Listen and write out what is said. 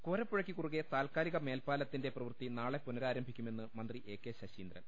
കോരപ്പുഴയ്ക്ക് കുറുകെ താൽക്കാലിക മേൽപാലത്തിന്റെ പ്രവൃത്തി നാളെ പുനഃരാരംഭിക്കുമെന്ന് മന്ത്രി എ കെ ശശീ ന്ദ്രൻ